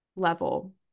level